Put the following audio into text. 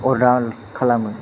order खालामो